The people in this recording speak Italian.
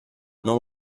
non